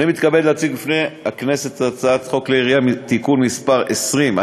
אני מתכבד להציג בפני הכנסת את הצעת חוק כלי הירייה (תיקון מס' 20),